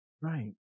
Right